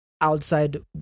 outside